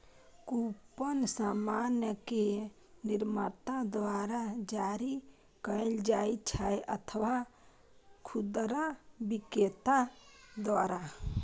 coupon सामान के निर्माता द्वारा जारी कैल जाइ छै अथवा खुदरा बिक्रेता द्वारा